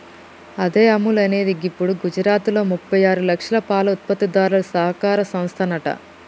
అదే అముల్ అనేది గిప్పుడు గుజరాత్లో ముప్పై ఆరు లక్షల పాల ఉత్పత్తిదారుల సహకార సంస్థనంట